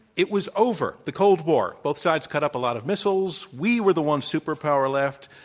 it was over the cold war. both sides cut up a lot of missiles. we were the one superpower left.